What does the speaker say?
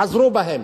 חזרו בהם.